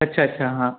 अच्छा अच्छा हाँ